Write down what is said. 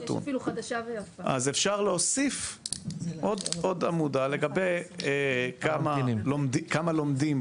אז אפשר להוסיף עוד עמודה לגבי כמה לומדים.